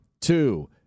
Two